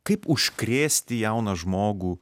kaip užkrėsti jauną žmogų